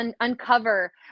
uncover